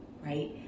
right